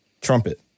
Trumpet